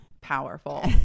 Powerful